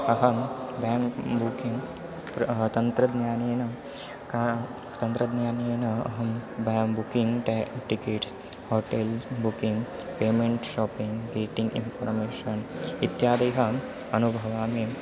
अहं bank booking प्र तन्त्रज्ञानेन तन्त्रज्ञानेन अहं बे बुकिङ्ग् टे tickets hotel booking payment shopping dating information इत्यादयः अनुभवामि